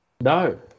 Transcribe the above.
No